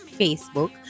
facebook